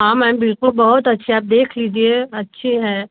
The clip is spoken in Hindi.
हाँ मैम बिल्कुल बहुत अच्छा है आप देख लीजिए अच्छा है